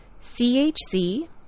CHC